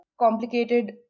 complicated